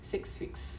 six weeks